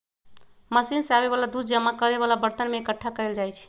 machine से आबे वाला दूध जमा करे वाला बरतन में एकट्ठा कएल जाई छई